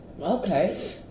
Okay